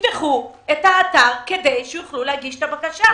תפתחו את האתר כדי שיוכלו להגיש את הבקשה.